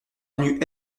avenue